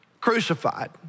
crucified